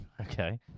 Okay